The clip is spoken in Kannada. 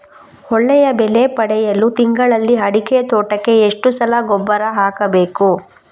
ಒಳ್ಳೆಯ ಬೆಲೆ ಪಡೆಯಲು ತಿಂಗಳಲ್ಲಿ ಅಡಿಕೆ ತೋಟಕ್ಕೆ ಎಷ್ಟು ಸಲ ಗೊಬ್ಬರ ಹಾಕಬೇಕು?